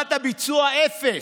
רמת הביצוע אפס.